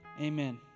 Amen